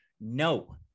No